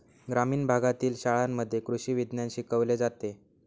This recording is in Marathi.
ग्रामीण भागातील शाळांमध्ये कृषी विज्ञान शिकवले जाते